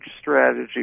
strategy